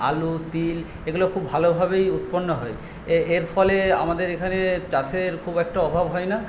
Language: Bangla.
আলু তিল এগুলো খুব ভালোভাবেই উৎপন্ন হয় এর ফলে আমাদের এখানে চাষের খুব একটা অভাব হয় না